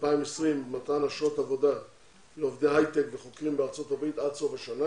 2020 מתן אשרות עבודה לעובדי הייטק וחוקרים בארה"ב עד סוף השנה.